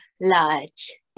large